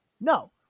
No